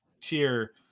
tier